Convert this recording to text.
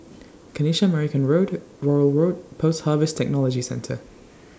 Kanisha Marican Road Rowell Road Post Harvest Technology Centre